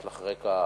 יש לך רקע מבורך,